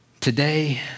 today